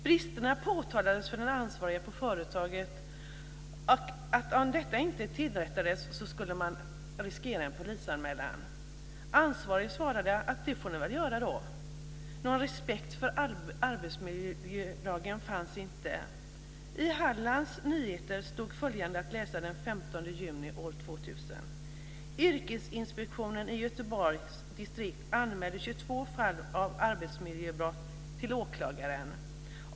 Bristerna påtalades för den ansvariga på företaget. Om detta inte rättades till skulle man riskera en polisanmälan. Ansvarig svarade: Det får ni väl göra då. Någon respekt för arbetsmiljölagen fanns inte. I Hallands nyheter stod följande att läsa den 15 juni 2000: "Yrkesinspektionen i Göteborgs distrikt anmälde 22 fall av arbetsmiljöbrott till åklagare.